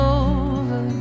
over